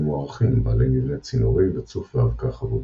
מוארכים בעלי מבנה צינורי וצוף ואבקה חבויים.